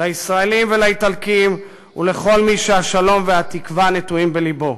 לישראלים ולאיטלקים ולכל מי שהשלום והתקווה נטועים בלבו.